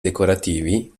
decorativi